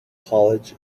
college